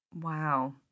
Wow